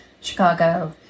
Chicago